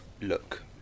look